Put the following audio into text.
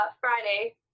Friday